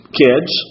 kids